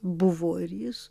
buvo ir jis